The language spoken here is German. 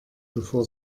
bevor